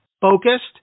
focused